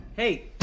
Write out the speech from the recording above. Hey